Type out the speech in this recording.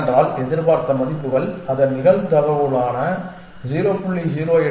ஏனென்றால் எதிர்பார்த்த மதிப்புகள் அதன் நிகழ்தகவுகளான 0